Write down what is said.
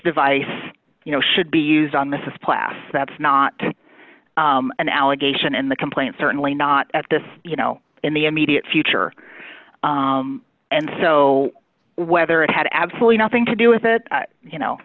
device you know should be used on this plass that's not an allegation in the complaint certainly not at this you know in the immediate future and so whether it had absolutely nothing to do with it you know